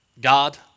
God